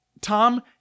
Tom